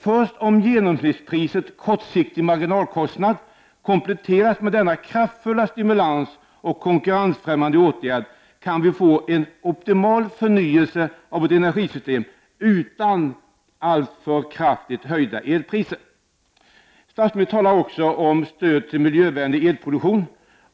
Först om genomsnittspriset och kortsiktiga marginalkostnader kompletteras med denna kraftfulla stimulans och konkurrensfrämjande åtgärd kan vi få en optimal förnyelse av vårt energisystem utan alltför kraftigt höjda elpriser. Statsministern talar också om stöd till miljövänlig elproduktion.